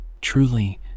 Truly